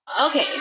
Okay